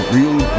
Real